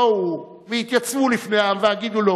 בואו והתייצבו לפני העם והגידו לו: